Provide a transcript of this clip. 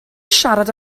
siarad